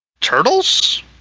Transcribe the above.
turtles